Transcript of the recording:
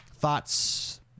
thoughts